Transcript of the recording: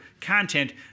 content